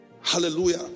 Hallelujah